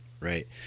Right